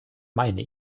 meine